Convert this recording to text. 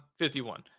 51